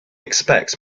expects